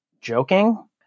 joking